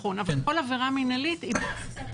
נכון, אבל כל עבירה מנהלית היא בבסיסה פלילית.